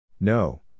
No